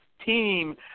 team